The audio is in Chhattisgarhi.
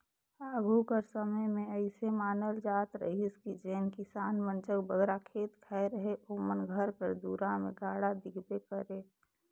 आघु कर समे मे अइसे मानल जात रहिस कि जेन किसान मन जग बगरा खेत खाएर अहे ओमन घर कर दुरा मे गाड़ा दिखबे करे